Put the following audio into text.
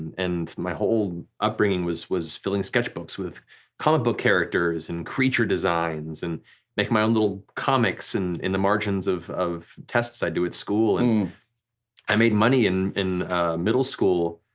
and my whole upbringing was was filling sketchbooks with comic books characters and creature designs and making my own little comics and in the margins of of tests i do at school. i made money in in middle school